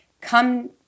come